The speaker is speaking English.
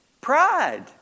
pride